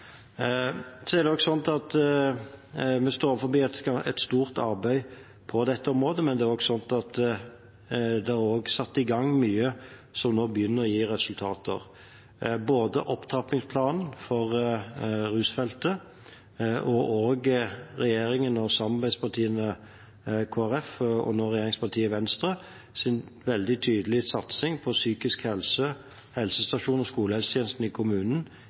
Vi står overfor et stort arbeid på dette området, men det er også satt i gang mye som nå begynner å gi resultater. Både opptrappingsplanen for rusfeltet og regjeringen, samarbeidspartiet Kristelig Folkeparti og det tidligere samarbeidspartiet Venstres veldig tydelige satsing på psykisk helse, helsestasjoner og skolehelsetjenesten i